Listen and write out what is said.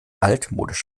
altmodisch